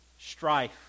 strife